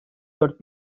dört